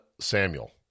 Samuel